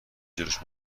جلوش